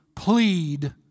Plead